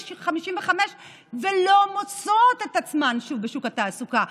55 ולא מוצאות את עצמן שוב בשוק התעסוקה.